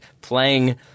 playing